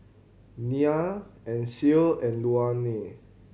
Nia Ancil and Luanne